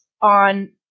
on